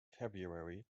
february